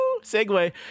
Segue